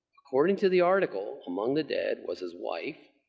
according to the article, among the dead was his wife,